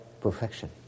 perfection